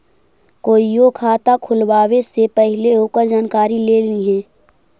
कोईओ खाता खुलवावे से पहिले ओकर जानकारी ले लिहें